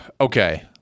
Okay